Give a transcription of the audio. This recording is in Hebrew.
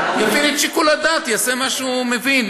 יעשה מה שהוא מבין.